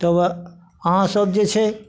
तऽ वएह अहाँ सब जे छै